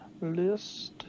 List